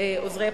עוזרי הפרלמנטרי,